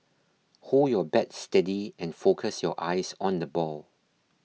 hold your bat steady and focus your eyes on the ball